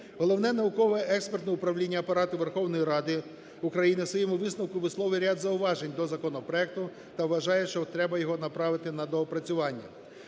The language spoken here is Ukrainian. Головне науково-експертне управління Апарату Верховної Ради України у своєму висновку висловлює ряд зауважень до законопроекту та вважає, що треба його направити на доопрацювання.